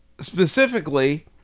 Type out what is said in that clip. Specifically